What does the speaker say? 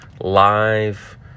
live